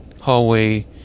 hallway